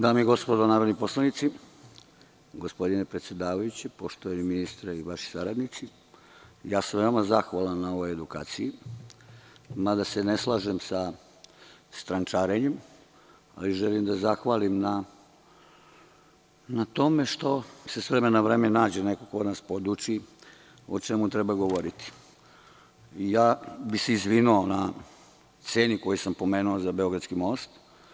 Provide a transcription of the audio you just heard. Dame i gospodo narodni poslanici, gospodine predsedavajući, poštovani ministre, veoma sam zahvalan na ovoj edukaciji, mada se ne slažem sa strančarenjem, ali želim da zahvalim na tome što se s vremena na vreme nađe neko ko nas poduči o čemu treba govoriti, i ja bih se izvinio na ceni koju sam pomenuto za beogradski most.